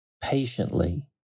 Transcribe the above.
patiently